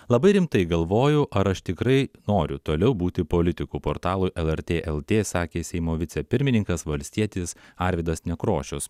labai rimtai galvoju ar aš tikrai noriu toliau būti politiku portalui lrt lt sakė seimo vicepirmininkas valstietis arvydas nekrošius